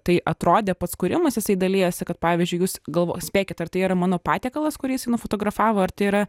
tai atrodė pats kūrimas jisai dalijasi kad pavyzdžiui jūs galvo spėkit ar tai yra mano patiekalas kurį jis nufotografavo ar tai yra